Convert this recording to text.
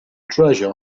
treasure